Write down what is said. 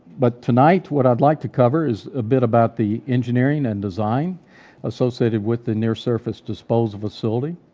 but tonight what i'd like to cover is a bit about the engineering and design associated with the near surface disposal facility.